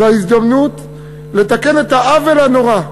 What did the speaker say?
וההזדמנות, לתקן את העוול הנורא,